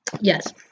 Yes